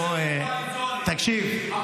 שכספים קואליציוניים --- תקשיב,